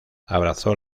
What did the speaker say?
abrazó